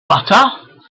butter